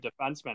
defenseman